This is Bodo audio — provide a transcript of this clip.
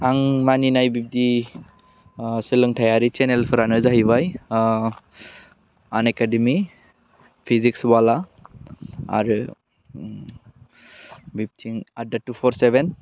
आं मानिनाय बिबदि सोलोंथाइयारि सेनेलफ्रानो जाहैबाय आन एकाडेमि फिजिक्स वाला आरो बिबथिं आनडार टु फर सेभेन